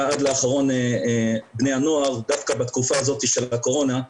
עד לאחרון בני הנוער דווקא בתקופה הזאת של הקורונה,